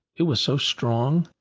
it was so strong,